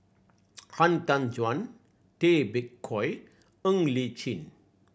Han Tan Juan Tay Bak Koi Ng Li Chin